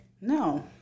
No